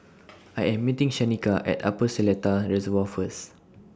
I Am meeting Shanika At Upper Seletar Reservoir First